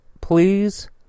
please